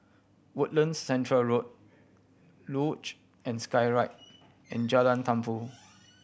Woodlands Centre Road Luge and Skyride and Jalan Tumpu